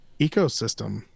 ecosystem